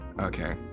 okay